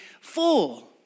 full